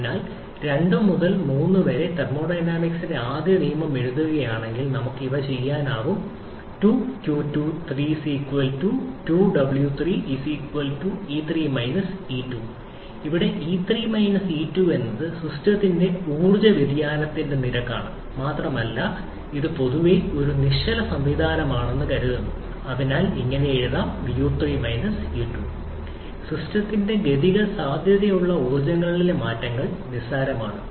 അതിനാൽ 2 മുതൽ 3 വരെ തെർമോഡൈനാമിക്സിന്റെ ആദ്യ നിയമം എഴുതുകയാണെങ്കിൽ നമുക്ക് ഇവ ചെയ്യാനാകും 2q3 2w3 e3 e2 ഇവിടെ e3 e2 എന്നത് സിസ്റ്റത്തിന്റെ ഊർജ്ജ വ്യതിയാനത്തിന്റെ നിരക്കാണ് മാത്രമല്ല ഇത് പൊതുവെ ഇത് ഒരു നിശ്ചല സംവിധാനമാണെന്ന് കരുതുന്നു അതിനാൽ ഇത് ഇങ്ങനെ എഴുതാം u3 u2 സിസ്റ്റത്തിന്റെ ഗതിക സാധ്യതയുള്ള ഊർജ്ജങ്ങളിലെ മാറ്റങ്ങൾ നിസാരമാണ്